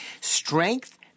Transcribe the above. Strength